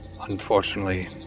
unfortunately